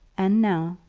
and now,